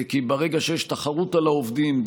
כי ברגע שיש תחרות על העובדים,